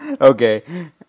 Okay